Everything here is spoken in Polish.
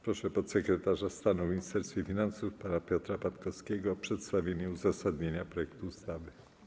Proszę podsekretarza stanu w Ministerstwie Finansów pana Piotra Patkowskiego o przedstawienie uzasadnienia projektu ustawy.